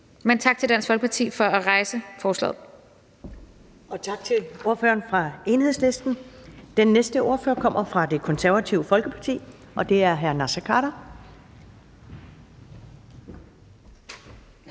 Første næstformand (Karen Ellemann): Tak til ordføreren fra Enhedslisten. Den næste ordfører kommer fra Det Konservative Folkeparti, og det er hr. Naser Khader.